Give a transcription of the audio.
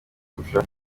kurusha